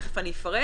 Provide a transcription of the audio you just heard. תיכף אני אפרט,